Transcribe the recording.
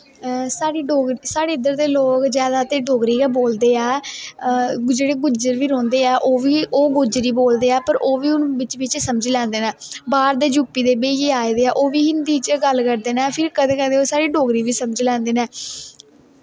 साढ़े इद्धर दे लोग जादा डोगरी गै बोलदे ऐ जेह्ड़े गुज्जर बी रौंह्दे ऐ ओह् गोजरी बोलदे पर ओह् बी हून बिच्च बिच्च समझी लैंदे नै बाह्र दे जूपी दे भाइये आए दे ऐ ओह्बी हिन्दी च गल्ल करदे न फिर कदें कदें ओह् साढ़ी डोगरी बी समझी लैंदे नै